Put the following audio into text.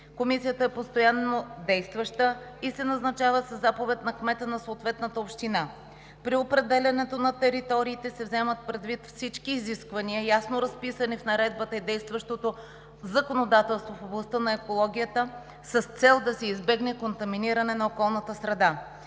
Комисията е постоянно действаща и се назначава със заповед на кмета на съответната община. При определянето на териториите се вземат предвид всички изисквания, ясно разписани в Наредбата и действащото законодателство в областта на екологията, с цел да се избегне фундаментиране на околната среда.